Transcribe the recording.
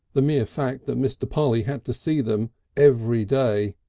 the mere fact that mr. polly had to see them every day,